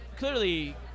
clearly